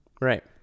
Right